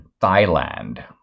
Thailand